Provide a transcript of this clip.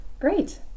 Great